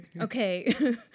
okay